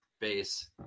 base